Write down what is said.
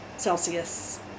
Celsius